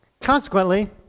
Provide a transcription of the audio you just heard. consequently